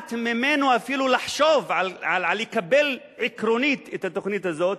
ושמונעת ממנו אפילו לחשוב על לקבל עקרונית את התוכנית הזאת